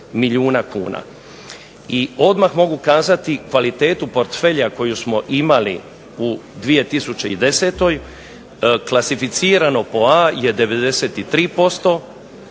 i odmah mogu kazati kvalitetu portfelja koju smo imali u 2010. klasificirano po A. je 93%